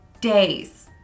days